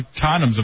condoms